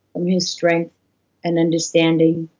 yeah his strength and understanding,